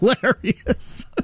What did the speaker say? Hilarious